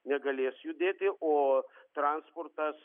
negalės judėti o transportas